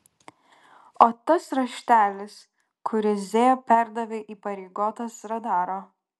o tas raštelis kurį z perdavė įpareigotas radaro